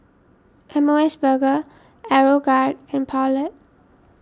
M O S Burger Aeroguard and Poulet